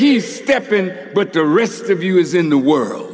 he's stepping but the wrist of you is in the world